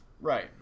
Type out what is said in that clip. Right